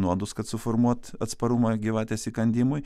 nuodus kad suformuot atsparumą gyvatės įkandimui